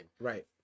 right